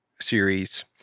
series